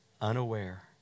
unaware